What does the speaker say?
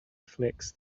reflects